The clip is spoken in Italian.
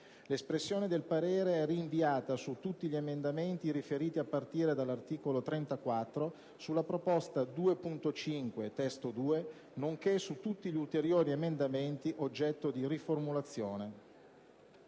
L'espressione del parere è rinviata su tutti gli emendamenti riferiti a partire dall'articolo 34, sulla proposta 2.5 (testo 2), nonché su tutti gli ulteriori emendamenti oggetto di riformulazione».